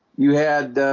you had